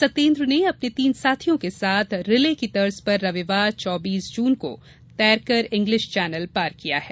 सत्येंद्र ने अपने तीन साथियों के साथ रिले की तर्ज पर रविवार चौबीस जून को तैरकर इंग्लिश चैनल पार किया है